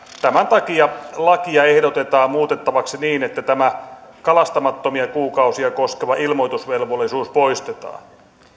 tämän takia lakia ehdotetaan muutettavaksi niin että tämä kalastamattomia kuukausia koskeva ilmoitusvelvollisuus poistetaan